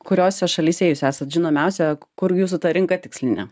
kuriose šalyse jūs esat žinomiausia kur jūsų ta rinka tikslinė